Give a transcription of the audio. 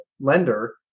lender